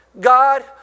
God